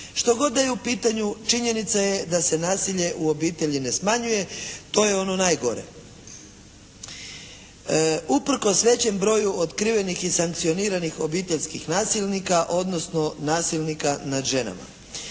Što god da je u pitanju činjenica je da se nasilje u obitelji ne smanjuje, to je ono najgore. Uprkos većem broju otkrivenih i sankcioniranih obiteljskih nasilnika, odnosno nasilnika nad ženama.